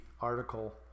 article